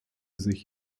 sich